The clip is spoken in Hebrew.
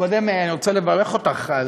קודם אני רוצה לברך אותך.